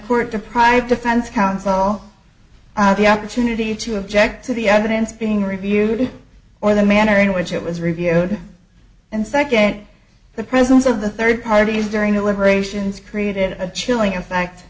court deprived defense counsel oh the opportunity to object to the evidence being reviewed or the manner in which it was reviewed and second the presence of the third parties during the liberations created a chilling effect